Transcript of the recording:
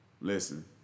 Listen